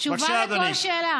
יש תשובה על כל שאלה.